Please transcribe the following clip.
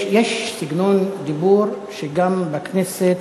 יש סגנון דיבור שגם בכנסת,